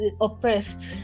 oppressed